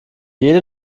jede